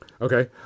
Okay